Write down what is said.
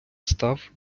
став